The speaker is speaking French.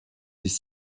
des